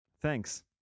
Thanks